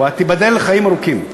תיבדל לחיים ארוכים.